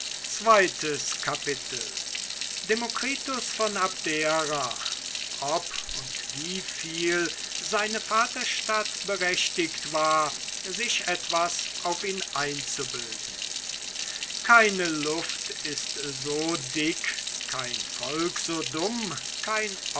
demokritus von abdera ob und wie viel seine vaterstadt berechtigt war sich etwas auf ihn einzubilden keine luft ist so dicke kein volk so dumm kein